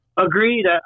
Agreed